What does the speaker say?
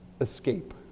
escape